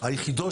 12 היחידות